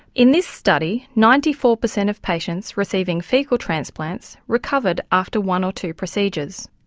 in this study, ninety four per cent of patients receiving faecal transplants recovered after one or two procedures.